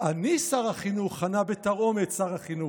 "אני שר החינוך", ענה בתרעומת שר החינוך.